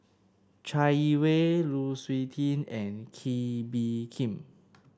Chai Yee Wei Lu Suitin and Kee Bee Khim